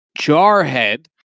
Jarhead